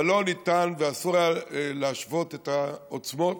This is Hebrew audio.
אבל לא ניתן ואסור היה להשוות את העוצמות,